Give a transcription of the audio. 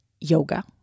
yoga